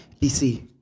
DC